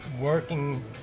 working